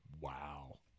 Wow